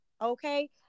Okay